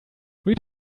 read